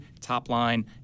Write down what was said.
top-line